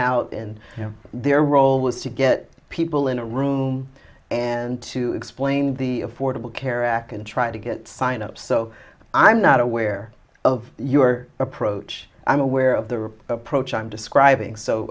out and you know their role was to get people in a room and to explain the affordable care act and try to get signed up so i'm not aware of your approach i'm aware of the rip approach i'm describing so